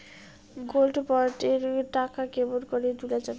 Gold bond এর টাকা কেমন করি তুলা যাবে?